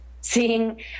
seeing